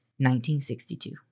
1962